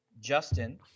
Justin